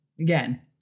Again